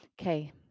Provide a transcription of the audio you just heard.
Okay